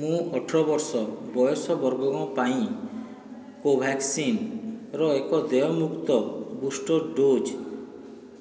ମୁଁ ଅଠର ବର୍ଷ ବୟସ ବର୍ଗଙ୍କ ପାଇଁ କୋଭ୍ୟାକ୍ସିନ୍ ର ଏକ ଦେୟମୁକ୍ତ ବୁଷ୍ଟର୍ ଡୋଜ୍